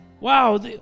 wow